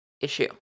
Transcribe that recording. issue